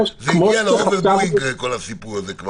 כל הסיפור הזה הגיע לאובר-דואינג.